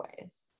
ways